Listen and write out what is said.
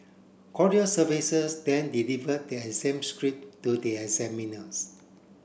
courier services then deliver the exam script to the examiners